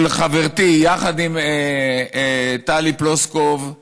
של חברתי טלי פלוסקוב,